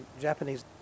Japanese